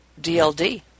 DLD